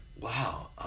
Wow